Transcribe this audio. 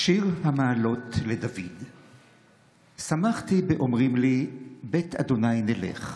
"שיר המעלות לדוד שמחתי באמרים לי בית ה' נלך.